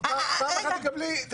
פעם אחת תקבלי.